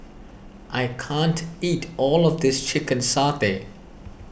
I can't eat all of this Chicken Satay